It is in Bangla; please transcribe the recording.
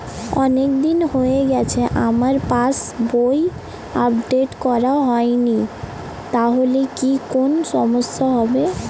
অনেকদিন হয়ে গেছে আমার পাস বই আপডেট করা হয়নি তাহলে কি কোন সমস্যা হবে?